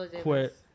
quit